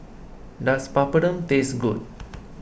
does Papadum taste good